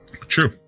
True